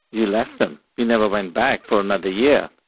you left them. you never went back for another year.